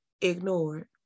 ignored